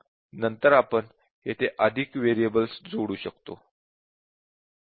नंतर आपण येथे अधिक व्हेरिएबल्स जोडू शकतो